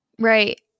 right